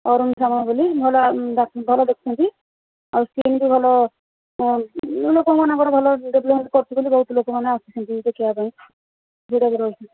ଅରୁଣ ସାମଲ ବୋଲି ଭଲ ଡାକ ଭଲ ଦେଖୁଛନ୍ତି ଆଉ ସ୍କିନ୍ ବି ଭଲ ଲୋକମାନଙ୍କର ଭଲ ଟ୍ରିଟମେଣ୍ଟ୍ କରୁଛୁ ବୋଲି ବହୁତ ଲୋକମାନେ ଆସୁଛନ୍ତି ଦେଖିବା ପାଇଁ ଦୂର ଦୂରରୁ